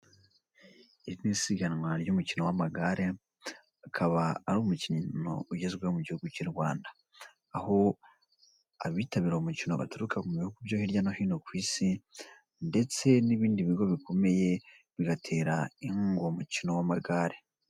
Iri ni isiganwa ry'umukino w'amagare, akaba ari umukino ugezweho mu gihugu cy'u Rwanda aho abitabira uwo umukino baturuka mu bihugu byo hirya no hino ku isi ndetse n'ibindi bigo bikomeye bigatera inkunga uwo mukino w'amagare.